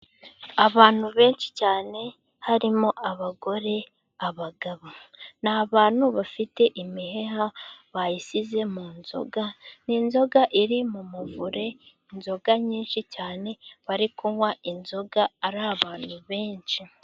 Abantu benshi cyane harimo abagore, abagabo, ni abantu bafite imiheha bayishyize mu nzoga, ni inzoga iri mu muvure, inzoga nyinshi cyane, bari kunwa inzoga ari abantu benshi.